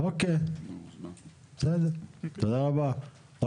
תודה רבה על